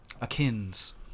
Akins